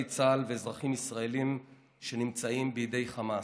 צה"ל ואזרחים ישראלים שנמצאים בידי חמאס.